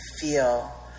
feel